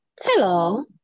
Hello